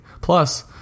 Plus